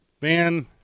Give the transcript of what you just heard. Van